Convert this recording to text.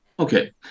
Okay